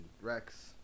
Rex